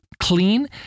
clean